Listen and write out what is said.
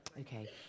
Okay